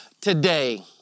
today